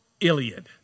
Iliad